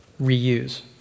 reuse